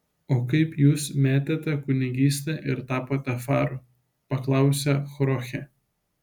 o kaip jūs metėte kunigystę ir tapote faru paklausė chorchė